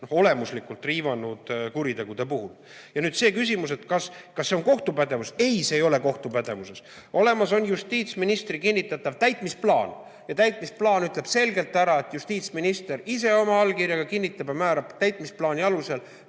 olemuslikult riivanud kuritegude puhul. Ja nüüd see küsimus, kas see on kohtu pädevuses. Ei, see ei ole kohtu pädevuses. Olemas on justiitsministri kinnitatav täitmisplaan ja täitmisplaan ütleb selgelt ära, et justiitsminister ise oma allkirjaga kinnitab ja määrab täitmisplaani alusel